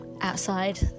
outside